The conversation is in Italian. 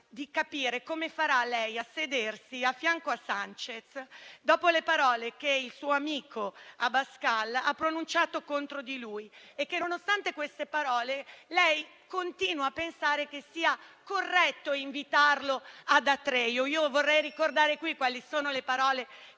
infatti come farà a sedersi a fianco a Sanchez dopo le parole che il suo amico Abascal ha pronunciato contro di lui. Nonostante queste parole, lei continua a pensare che sia corretto invitarlo ad Atreju. Vorrei ricordare qui quali sono le parole